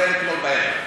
כולל אתמול בערב,